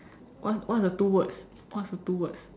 what what's the two words what's the two words